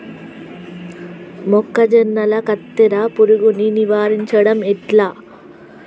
మొక్కజొన్నల కత్తెర పురుగుని నివారించడం ఎట్లా?